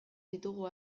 ditugu